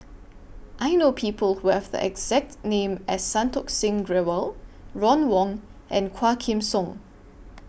I know People Who Have The exact name as Santokh Singh Grewal Ron Wong and Quah Kim Song